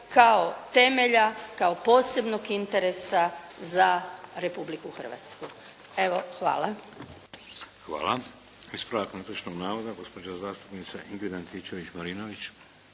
kao temelja, kao posebnog interesa za Republiku Hrvatsku. Evo hvala. **Šeks, Vladimir (HDZ)** Hvala. Ispravak netočnog navoda. Gospođa zastupnica Ingrid Antičević-Marinović.